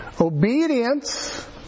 Obedience